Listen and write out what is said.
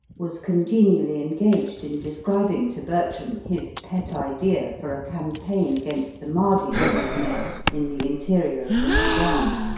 was congenially engaged in describing to bertram his pet idea for a campaign against the madhi and his men, in the interior of the soudan.